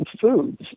foods